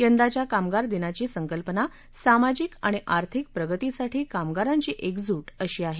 यंदाच्या कामगार दिनाची संकल्पना सामाजिक आणि आर्थिक प्रगतीसाठी कामगारांची एकजूट अशी आहे